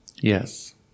Yes